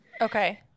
Okay